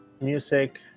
music